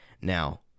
Now